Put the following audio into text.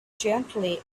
gently